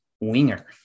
winger